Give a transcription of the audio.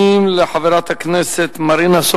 יובהר כי בעניין זה יש מורכבויות שונות